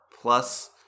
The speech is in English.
plus